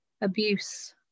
abuse